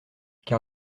car